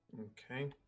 Okay